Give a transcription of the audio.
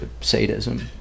sadism